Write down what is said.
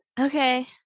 Okay